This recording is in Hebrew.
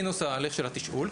מינוס ההליך של התשאול,